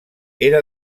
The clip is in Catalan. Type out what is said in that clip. era